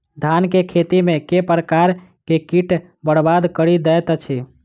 धान केँ खेती मे केँ प्रकार केँ कीट बरबाद कड़ी दैत अछि?